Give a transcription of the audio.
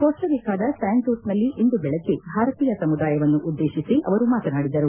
ಕೋಸ್ವರಿಕಾದ San ಜೋಸ್ನಲ್ಲಿ ಇಂದು ಬೆಳಗ್ಗೆ ಭಾರತೀಯ ಸಮುದಾಯವನ್ನು ಉದ್ದೇಶಿಸಿ ಅವರು ಮಾತನಾಡಿದರು